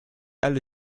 alle